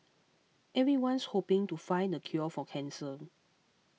everyone's hoping to find the cure for cancer